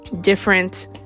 different